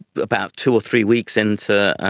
about two or three weeks into,